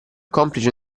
complice